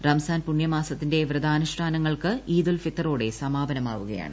റമസാൻ പുണ്യ മാസത്തിന്റെ വ്രതാനുഷ്ഠാനങ്ങൾക്ക് ഈദ് അർ ഫിത്റോടെ സമാപനമാവുകയാണ്